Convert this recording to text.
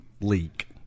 leak